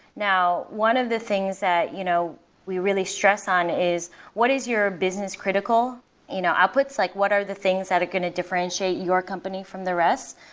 one of the things that you know we really stress on is what is your business critical you know outputs? like what are the things that are going to differentiate your company from the rest?